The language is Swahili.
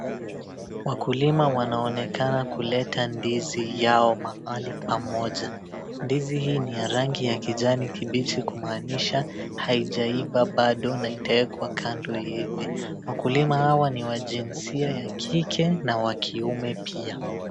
Wakulima wanaonekana kuleta ndizi yao mahali pamoja. Ndizi hii ni ya rangi ya kijani kibichi kumaanisha haijaiva bado na itaekwa kando iive. Wakulima hawa ni wa jinsia ya kike na wa kiume pia.